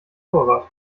torwart